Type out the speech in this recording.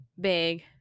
big